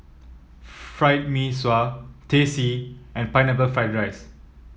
Fried Mee Sua Teh C and Pineapple Fried Rice